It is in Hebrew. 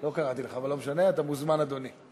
לא קראתי לך, אבל לא משנה, אתה מוזמן, אדוני.